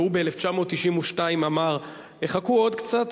והוא ב-1992 אמר: יחכו עוד קצת,